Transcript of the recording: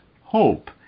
Hope